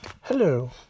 Hello